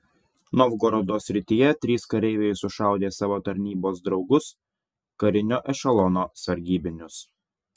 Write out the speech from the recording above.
novgorodo srityje trys kareiviai sušaudė savo tarnybos draugus karinio ešelono sargybinius